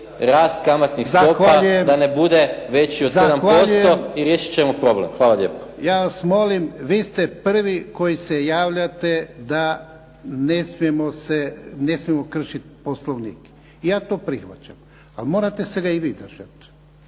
rast kamatnih stopa da ne bude veći od 7% i riješiti ćemo problem. **Jarnjak, Ivan (HDZ)** Zahvaljujem. Ja vas molim, vi ste prvi koji se javljate da ne smijemo kršiti Poslovnik. I ja to prihvaćam, ali morate se ga i vi držati.